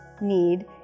need